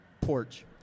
porch